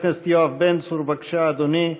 חבר הכנסת יואב בן צור, בבקשה, אדוני.